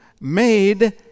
made